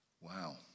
Wow